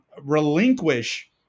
relinquish